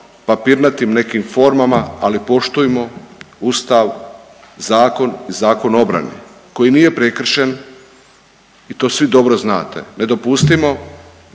papirnatim nekim formama, ali poštujmo Ustav, zakon i Zakon o obrani koji nije prekršen i to svi dobro znate. Ne dopustimo